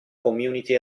community